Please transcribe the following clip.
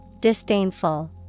Disdainful